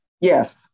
Yes